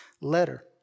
letter